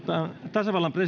tasavallan presidentin